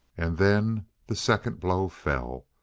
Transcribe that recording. and then the second blow fell,